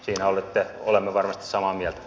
siinä olemme varmasti samaa mieltä